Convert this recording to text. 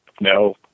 No